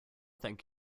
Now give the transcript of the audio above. think